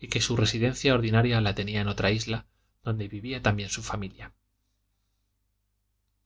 y que su residencia ordinaria la tenía en otra isla donde vivía también su familia